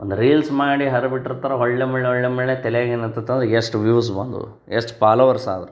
ಒಂದು ರೀಲ್ಸ್ ಮಾಡಿ ಹರಿಬಿಟ್ಟಿರ್ತಾರ ಹೊಳ್ಳೆ ಮುಳ್ ಹೊಳ್ಳೆ ಮುಳ್ಳೆ ತಲ್ಯಾಗ ಏನು ಹತ್ತತಂದ್ರೆ ಎಷ್ಟು ವ್ಯೂವ್ಸ್ ಬಂದವು ಎಷ್ಟು ಪಾಲೋವರ್ಸ್ ಆದ್ರು